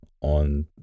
On